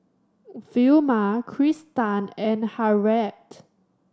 Vilma Kristan and Harriet